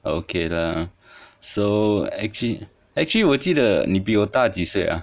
okay lah so actually actually 我记得你比我大几岁啊